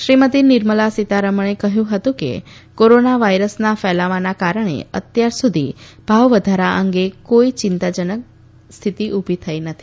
શ્રીમતી નિર્મલા સિતારમણે કહ્યું હતું કે કોરોના વાયરસના ફેલાવાના કારણે અત્યાર સુધી ભાવ વધારા અંગે કોઇ ચિંતા જનક સ્થિતિ ઉભી થઇ નથી